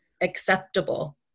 acceptable